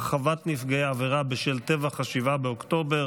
הרחבת נפגעי עבירה בשל טבח 7 באוקטובר),